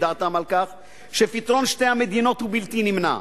דעתם על כך שפתרון שתי המדינות הוא בלתי נמנע.